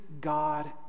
God